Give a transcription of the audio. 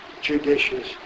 judicious